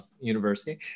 university